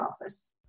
office